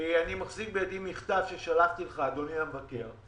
אני מחזיק בידי מכתב ששלחתי לך, אדוני המבקר.